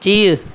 जीउ